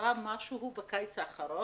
קרה משהו בקיץ האחרון,